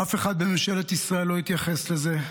אף אחד בממשלת ישראל לא התייחס לזה.